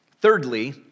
Thirdly